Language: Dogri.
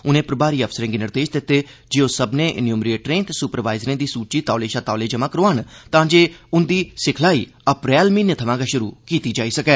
उनें प्रमारी अफसरें गी निर्देश दित्ते जे ओह् सब्मनें एन्यूमीरेटरें ते सुपरवाईजरें दी सूचि तौले शा तौले जमा करोआन तांजे उंदे सिखलाई अप्रैल म्हीने थमां शुरु कीती जाई सकै